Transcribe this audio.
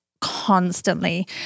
constantly